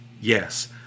yes